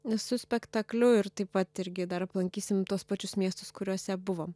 su spektakliu ir taip pat irgi dar aplankysim tuos pačius miestus kuriuose buvom